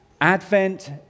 Advent